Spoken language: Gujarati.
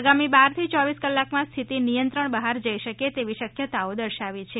આગામી બારથી યોવીસ કલાકમાં સ્થિતિ નિયંત્રણ બહાર જઈ શકે તેવી શક્યતાઓ દર્શાવી છે